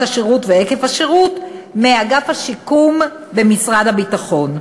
השירות וערב השירות מאגף השיקום במשרד הביטחון.